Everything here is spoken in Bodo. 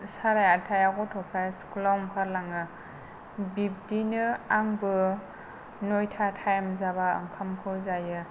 साराइ आठथा याव गथ'फोरा स्कुलाव ओंखारलाङो बिब्दिनो आंबो नयता टाइम जाब्ला ओंखामखौ जायो